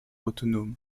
autonome